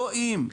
לא "אם".